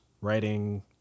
writing